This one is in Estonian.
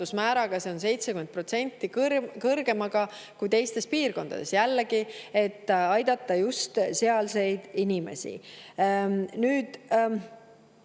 See on 70% ehk kõrgem kui teistes piirkondades, jällegi, et aidata just sealseid inimesi. Muidugi